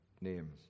name